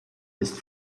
ist